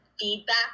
feedback